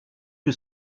que